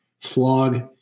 flog